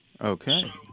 Okay